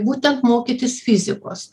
būtent mokytis fizikos